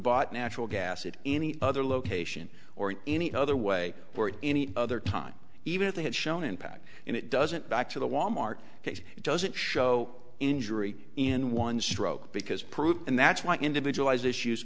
bought natural gas it any other location or any other way for any other time even if they had shown impact and it doesn't back to the wal mart case it doesn't show injury in one stroke because proof and that's why individualized issues